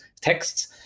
texts